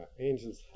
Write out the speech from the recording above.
angels